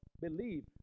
believe